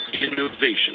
Innovation